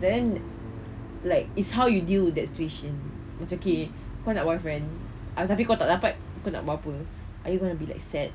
then like it's how you deal with that situation macam okay kau nak boyfriend tapi kau tak dapat kau nak buat apa are you gonna be like sad